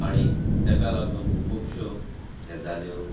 आनी ताका लागून खुबश्यो गजाल्यो